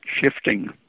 shifting